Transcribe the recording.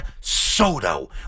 Soto